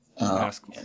Ask